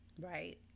Right